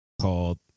called